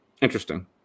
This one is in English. interesting